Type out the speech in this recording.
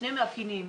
שני מאפיינים,